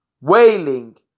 wailing